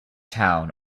town